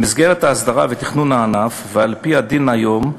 במסגרת ההסדרה ותכנון הענף ועל-פי הדין כיום,